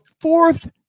fourth